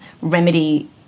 remedy